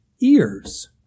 ears